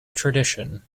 tradition